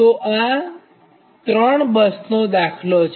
તો આ 1 2 3 ત્રણ બસનો દાખલો છે